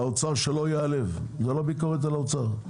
שהאוצר לא ייעלב; זו לא ביקורת על האוצר.